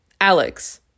Alex